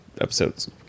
episodes